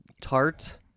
tart